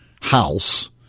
house